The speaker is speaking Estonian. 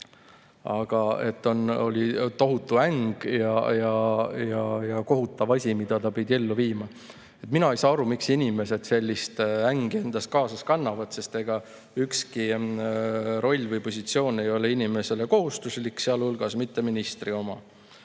Aga et oli tohutu äng ja kohutav asi, mida ta pidi ellu viima. Mina ei saa aru, miks inimesed sellist ängi endaga kaasas kannavad, sest ega ükski roll või positsioon ei ole inimesele kohustuslik, sealhulgas ministri